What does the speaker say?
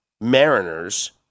Mariners